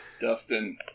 Dustin